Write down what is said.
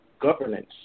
governance